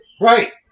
right